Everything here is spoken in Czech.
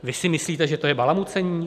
Vy si myslíte, že to je balamucení?